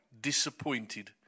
disappointed